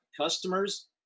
customers